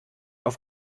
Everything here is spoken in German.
auf